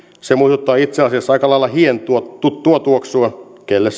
se muistuttaa itse asiassa aika lailla hien tuttua tuoksua kelle